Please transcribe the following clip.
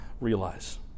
realize